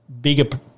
bigger